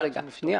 רגע, שניה.